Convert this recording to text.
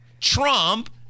Trump